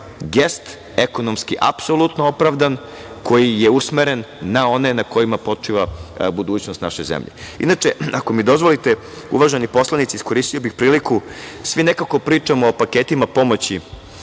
gest, ekonomski apsolutno opravdan koji je usmeren na one na kojima počiva budućnost naše zemlje. Inače, ako mi dozvolite, uvaženi poslanici, iskoristio bih priliku, svi nekako pričamo o paketima pomoći